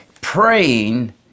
praying